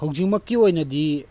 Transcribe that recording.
ꯍꯧꯖꯤꯛꯃꯛꯀꯤ ꯑꯣꯏꯅꯗꯤ